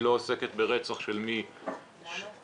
היא לא עוסקת של מי --- למה?